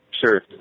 Sure